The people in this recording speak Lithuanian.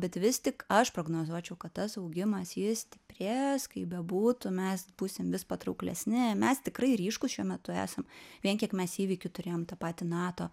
bet vis tik aš prognozuočiau kad tas augimas jis stiprės kaip bebūtų mes būsim vis patrauklesni mes tikrai ryškūs šiuo metu esam vien kiek mes įvykių turėjom tą patį nato